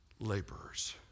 laborers